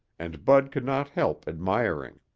and bud could not help admiring.